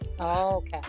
Okay